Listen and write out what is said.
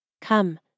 Come